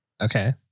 okay